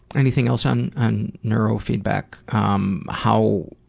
anything else on on neurofeedback? um how